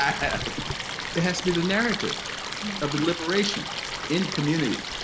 i mean it has to be the narrative of the liberation in community